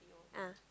ah